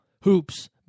hoops